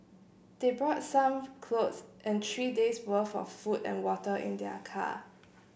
they brought some clothes and three days' worth of food and water in their car